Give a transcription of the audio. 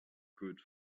good